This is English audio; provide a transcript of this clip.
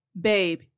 babe